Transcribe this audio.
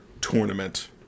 tournament